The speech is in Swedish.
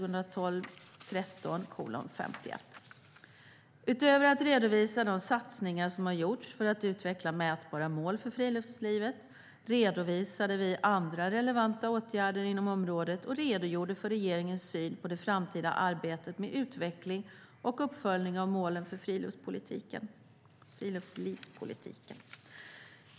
Utöver att redovisa de satsningar som har gjorts för att utveckla mätbara mål för friluftslivet redovisade vi andra relevanta åtgärder inom området och redogjorde för regeringens syn på det framtida arbetet med utveckling och uppföljning av målen för friluftslivspolitiken.